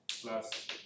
plus